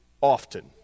often